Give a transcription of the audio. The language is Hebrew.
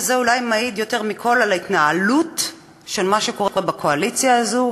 וזה אולי מעיד יותר מכול על ההתנהלות של מה שקורה בקואליציה הזאת,